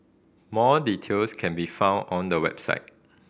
more details can be found on the website